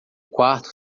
quarto